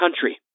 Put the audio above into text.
country